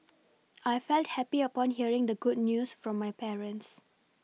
I felt happy upon hearing the good news from my parents